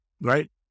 right